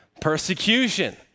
persecution